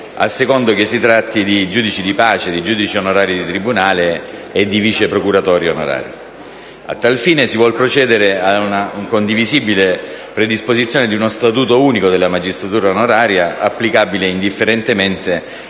A tal fine, si vuol procedere ad una condivisibile predisposizione di uno statuto unico della magistratura onoraria, applicabile indifferentemente ai giudici